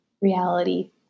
reality